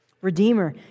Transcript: Redeemer